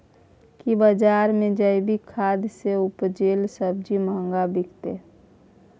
की बजार मे जैविक खाद सॅ उपजेल सब्जी महंगा बिकतै?